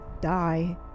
die